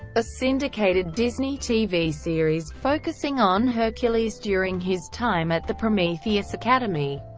a syndicated disney tv series focusing on hercules during his time at the prometheus academy.